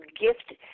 gift